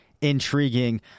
intriguing